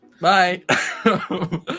Bye